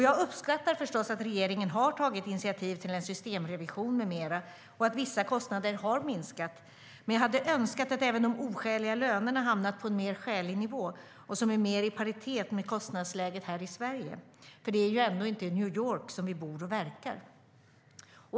Jag uppskattar förstås att regeringen har tagit initiativ till en systemrevision med mera och att vissa kostnader har minskat, men jag hade önskat att även de oskäliga lönerna hade hamnat på en mer skälig nivå som är mer i paritet med kostnadsläget här i Sverige. Det är ju ändå inte i New Yorks som vi bor och verkar.